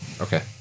Okay